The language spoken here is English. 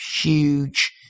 huge